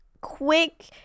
quick